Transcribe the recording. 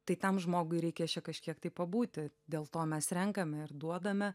tai tam žmogui reikės čia kažkiek pabūti dėl to mes renkame ir duodame